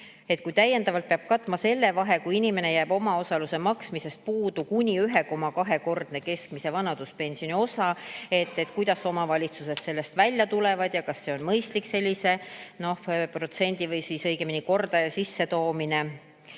kui täiendavalt peab katma selle vahe, kui inimesel jääb omaosaluse maksmisest puudu kuni 1,2-kordne keskmise vanaduspensioni osa, siis kuidas omavalitsused sellest välja tulevad ja kas see on mõistlik sellise protsendi, õigemini kordaja sissetoomine.